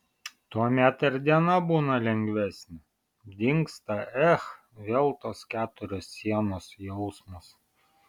tuomet ir diena būna lengvesnė dingsta ech vėl tos keturios sienos jausmas